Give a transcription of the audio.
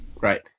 Right